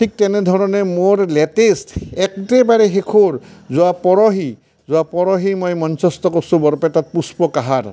ঠিক তেনেধৰণে মোৰ লেটেষ্ট একেবাৰে শেষৰ যোৱা পৰহি যোৱা পৰহি মই মঞ্চস্থ কৰিছোঁ বৰপেটাত পুষ্প কঁহাৰ